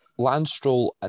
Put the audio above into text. Landstroll